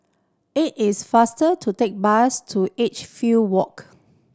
it is faster to take bus to Edgefield Walk